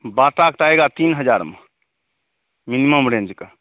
बाटाक्ट आएगा तीन हज़ार में मिनिमम रेंज का